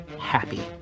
happy